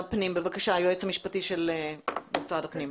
היועץ המשפטי של משרד הפנים,